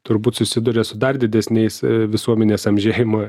turbūt susiduria su dar didesniais visuomenės amžėjimo